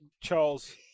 Charles